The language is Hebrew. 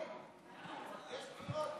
אדוני היושב-ראש,